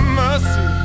mercy